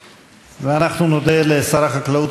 אני מבקש לגמור בפרשת בראשית שקראנו בשבת שעברה,